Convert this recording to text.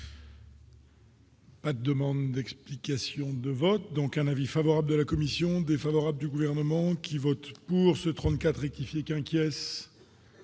La demande d'explication de vote donc un avis favorable de la commission défavorable du gouvernement qui votent pour ce 34 et qui qu'inquiet.